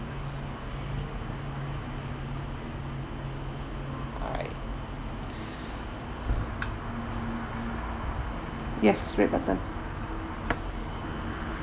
alright yes red button